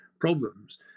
problems